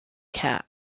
cat